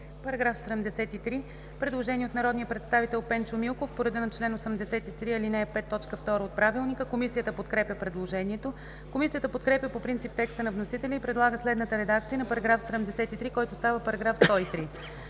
По § 73 – предложение от народния представител Пенчо Милков по реда на чл. 83, ал. 5, т. 2 от Правилника. Комисията подкрепя предложението. Комисията подкрепя по принцип текста на вносителя и предлага следната редакция на § 73, който става § 103: